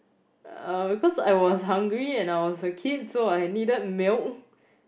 uh because I was hungry and I was a kid so I needed milk